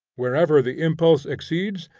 wherever the impulse exceeds,